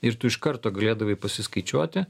ir tu iš karto galėdavai pasiskaičiuoti